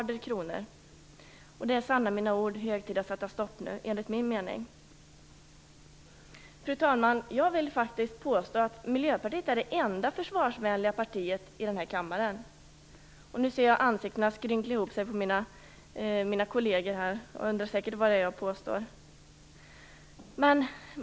Det är sanna mina ord hög tid att sätta stopp nu. Fru talman! Jag vill faktiskt påstå att Miljöpartiet är det enda försvarsvänliga partiet i den här kammaren. Nu ser jag ansiktena skrynkla ihop sig på mina kolleger. De undrar säkert vad det är jag påstår.